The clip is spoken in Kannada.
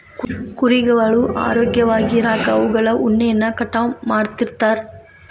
ಕುರಿಗಳು ಆರೋಗ್ಯವಾಗಿ ಇರಾಕ ಅವುಗಳ ಉಣ್ಣೆಯನ್ನ ಕಟಾವ್ ಮಾಡ್ತಿರ್ತಾರ